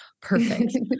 Perfect